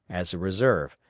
as a reserve,